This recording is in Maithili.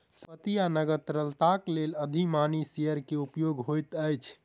संपत्ति आ नकद तरलताक लेल अधिमानी शेयर के उपयोग होइत अछि